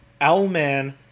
Owlman